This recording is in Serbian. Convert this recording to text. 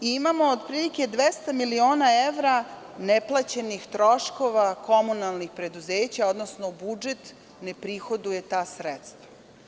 Imamo otprilike 200 miliona evra neplaćenih troškova komunalnih preduzeća, odnosno budžet ne prihoduje ta sredstva.